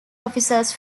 officers